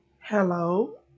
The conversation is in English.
Hello